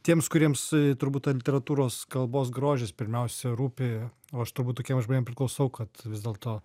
tiems kuriems turbūt ta literatūros kalbos grožis pirmiausia rūpi o aš turbūt tokiem žmonėm priklausau kad vis dėlto